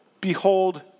behold